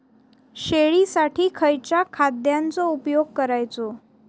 शेळीसाठी खयच्या खाद्यांचो उपयोग करायचो?